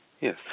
Yes